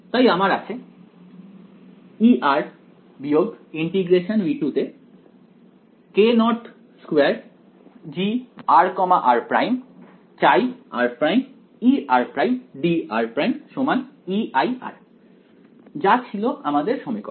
তাই আমার আছে E 02 grr' χr' Er' dr' Ei যা ছিল আমাদের সমীকরণ